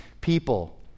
people